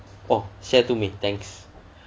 oh share to me thanks